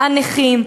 הנכים,